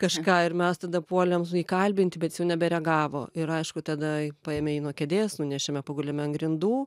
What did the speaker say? kažką ir mes tada puolėm su jį kalbinti bet jis jau nebereagavo ir aišku tada paėmė jį nuo kėdės nunešėme pagulėme ant grindų